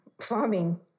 farming